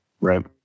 right